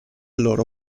loro